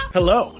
Hello